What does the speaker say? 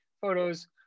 photos